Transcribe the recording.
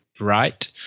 right